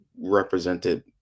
represented